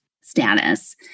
status